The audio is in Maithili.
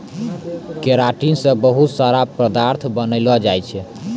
केराटिन से बहुत सारा पदार्थ बनलो जाय छै